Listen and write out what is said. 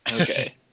okay